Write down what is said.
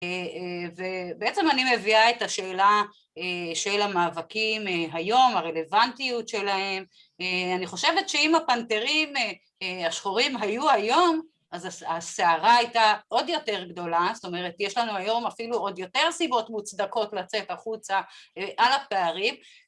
‫ובעצם אני מביאה את השאלה ‫של המאבקים היום, הרלוונטיות שלהם. ‫אני חושבת שאם הפנתרים השחורים ‫היו היום, ‫אז הסערה הייתה עוד יותר גדולה, ‫זאת אומרת, יש לנו היום ‫אפילו עוד יותר סיבות מוצדקות ‫לצאת החוצה על הפערים.